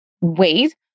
wait